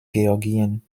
georgien